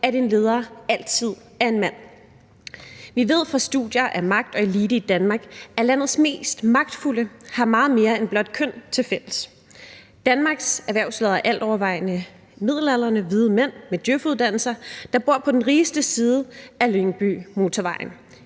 at en leder altid er en mand. Vi ved fra studier af magt og elite i Danmark, at landets mest magtfulde har meget mere end blot køn til fælles. Danmarks erhvervsledere er altovervejende midaldrende hvide mænd med djøf-uddannelser, der bor på den rigeste side af Lyngbymotorvejen.